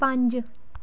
ਪੰਜ